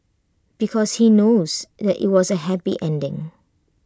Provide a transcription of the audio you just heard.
because he knows that IT has A happy ending